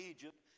Egypt